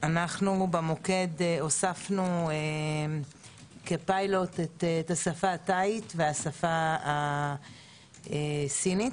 אנו במוקד הוספנו כפיילוט את השפה התאית והשפה הסינית.